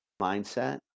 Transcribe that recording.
mindset